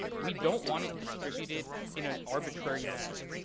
we don't want it distributed in an arbitrary manner.